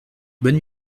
bonne